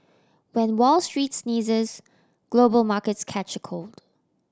when Wall Street sneezes global markets catch a cold